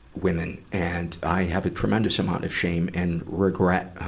women. and i have a tremendous amount of shame and regret, ah,